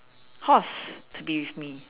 horse to be with me